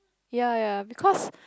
ya ya because